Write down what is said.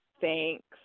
Thanks